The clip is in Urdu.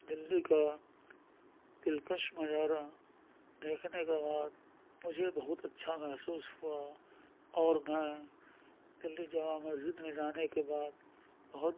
دلی کا دلکش نظارہ دیکھنے کے بعد مجھے بہت اچھا محسوس ہوا اور میں دلی جامع مسجد میں جانے کے بعد بہت